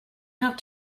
have